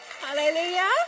Hallelujah